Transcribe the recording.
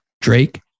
Drake